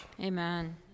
Amen